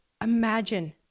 Imagine